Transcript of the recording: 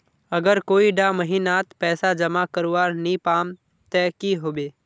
अगर कोई डा महीनात पैसा जमा करवा नी पाम ते की होबे?